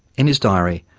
in his diary,